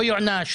לא יוענש?